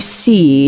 see